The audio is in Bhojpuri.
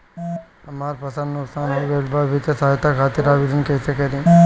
हमार फसल नुकसान हो गईल बा वित्तिय सहायता खातिर आवेदन कइसे करी?